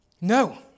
No